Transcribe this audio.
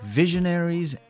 visionaries